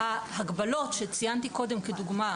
ההגבלות שציינתי קודם כדוגמה,